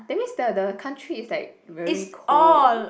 that means the the country is like very cold